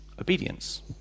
obedience